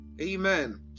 Amen